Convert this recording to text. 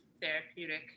therapeutic